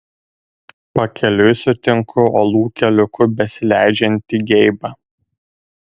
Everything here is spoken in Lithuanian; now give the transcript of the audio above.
pakeliui sutinku uolų keliuku besileidžiantį geibą